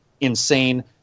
insane